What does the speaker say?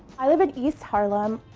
i live in east harlem,